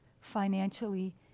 financially